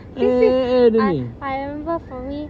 P six I I remember for me